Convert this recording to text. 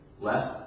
less